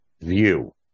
view